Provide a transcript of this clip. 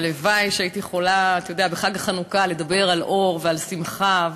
הלוואי שהייתי יכולה בחג החנוכה לדבר על אור ועל שמחה.